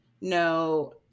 no